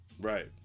Right